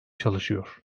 çalışıyor